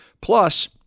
Plus